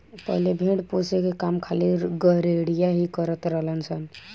पहिले भेड़ पोसे के काम खाली गरेड़िया ही करत रलन सन